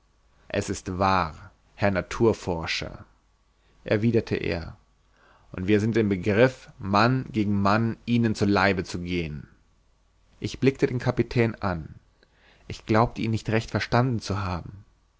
es ist wahr herr naturforscher erwiderte er und wir sind im begriff mann gegen mann ihnen zu leibe zu gehen ich blickte den kapitän an ich glaubte ihn nicht recht verstanden zu haben